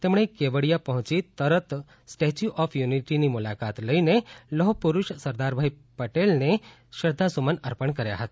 તેમણે કેવડિયા પહોંચી તરત સ્ટેચ્યૂ ઓફ યુનિટીની મુલાકાત લઈને લોહપુડુષ સરદાર વલ્લભભાઈ પટેલને શ્રદ્વાસુમન અર્પણ કર્યા હતા